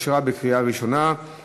(אישור מיוחד ואי-התרת הוצאה לצורכי מס בשל תגמול חריג),